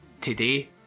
today